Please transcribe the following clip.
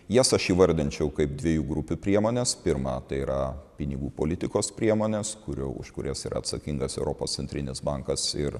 jas aš įvardinčiau kaip dvejų grupių priemones pirma tai yra pinigų politikos priemonės kurių už kurias ir atsakingas europos centrinis bankas ir